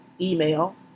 email